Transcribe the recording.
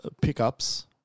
pickups